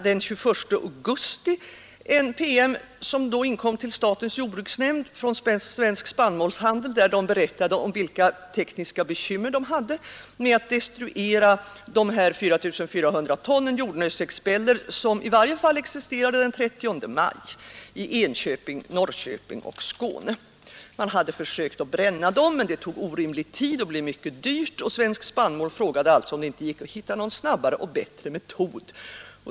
Den 21 augusti om till statens jordbruksnämnd en PM från Svensk spannmålshandel, där man berättade om vilka bekymmer man hade med att destruera de omkring 4 400 ton jordnötsexpeller som fanns i varje fall den 30 maj i Enköping, Norrköping och Skåne. Man hade försökt bränna dem, men det tog orimlig tid och blev mycket dyrt. Svensk Spannmål frågade alltså om det inte gick att hitta någon snabbare och bättre metod.